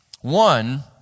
One